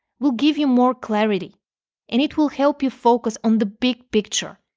will give you more clarity and it will help you focus on the big picture,